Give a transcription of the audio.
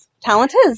Talented